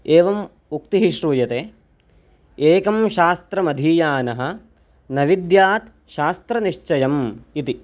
एवम् उक्तिः श्रूयते एकं शास्त्रमधीयानः नविद्यात् शास्त्रनिश्चयम् इति